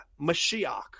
Mashiach